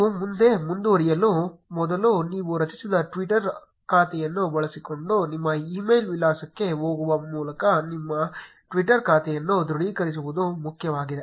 ನೀವು ಮುಂದೆ ಮುಂದುವರಿಯುವ ಮೊದಲು ನೀವು ರಚಿಸಿದ ಟ್ವಿಟರ್ ಖಾತೆಯನ್ನು ಬಳಸಿಕೊಂಡು ನಿಮ್ಮ ಇಮೇಲ್ ವಿಳಾಸಕ್ಕೆ ಹೋಗುವ ಮೂಲಕ ನಿಮ್ಮ Twitter ಖಾತೆಯನ್ನು ದೃಢೀಕರಿಸುವುದು ಮುಖ್ಯವಾಗಿದೆ